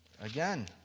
again